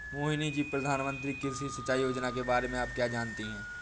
मोहिनी जी, प्रधानमंत्री कृषि सिंचाई योजना के बारे में आप क्या जानती हैं?